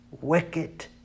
wicked